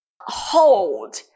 hold